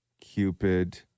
Cupid